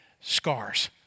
scars